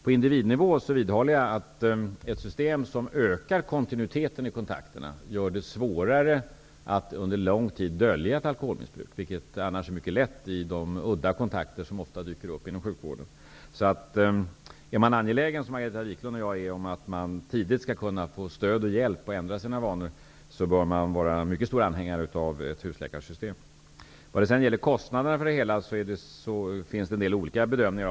På individnivå vidhåller jag att ett system som ökar kontinuiteten i kontakterna gör det svårare att under lång tid dölja ett alkoholmissbruk, vilket annars är mycket lätt vid de udda kontakter som ofta dyker upp inom sjukvården. Är man, i likhet med Margareta Viklund och jag, angelägen om att det skall vara möjligt för människor att tidigt få stöd och hjälp med att ändra sina vanor, bör man vara mycket varm anhängare av ett husläkarsystem. Vad gäller kostnaderna för det hela finns det en del olika bedömningar.